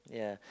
yeah